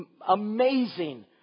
Amazing